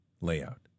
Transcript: layout